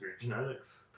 Genetics